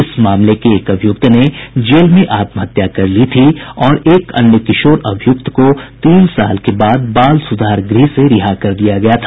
इस मामले के एक अभियुक्त ने जेल में आत्म हत्या कर ली थी और एक अन्य किशोर अभियुक्त को तीन साल के बाद बाल सुधार गृह से रिहा कर दिया गया था